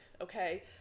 okay